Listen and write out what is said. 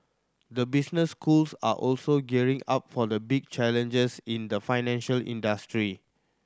the business schools are also gearing up for the big changes in the financial industry